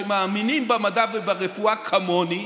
שמאמינים במדע וברפואה כמוני,